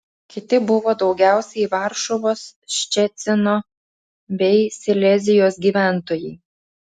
kiti buvo daugiausiai varšuvos ščecino bei silezijos gyventojai